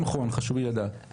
חשוב לי לדעת מה עמדת המכון.